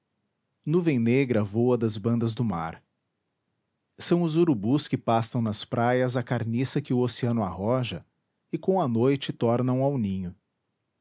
nuvem negra voa das bandas do mar são os urubus que pastam nas praias a carniça que o oceano arroja e com a noite tornam ao ninho